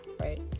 right